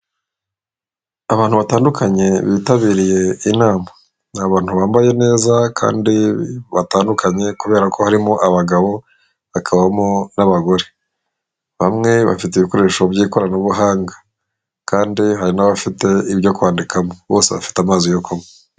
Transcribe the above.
Abantu batandukanye bitabiriye inama, ni abantu bambaye neza kandi batandukanye kubera ko harimo abagabo bakabamo n'abagore, bamwe bafite ibikoresho by'ikoranabuhanga kandi hari n'abafite ibyo kwandikamo, bose bafite amazi yo kunywa.